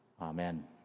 Amen